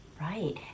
Right